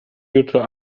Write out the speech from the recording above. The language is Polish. jutro